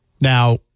Now